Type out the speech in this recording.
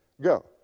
Go